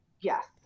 Yes